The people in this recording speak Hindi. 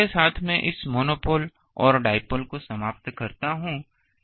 तो इसके साथ मैं इस मोनोपोल और डाइपोल को समाप्त करता हूं